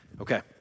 Okay